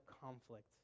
conflict